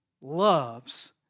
loves